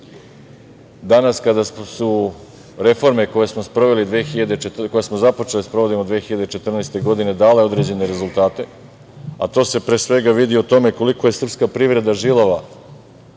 danas kada su reforme koje smo započeli da sprovodimo 2014. godine dale određene rezultate, a to se pre svega vidi u tome koliko je srpska privreda žilava